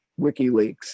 WikiLeaks